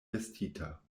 vestita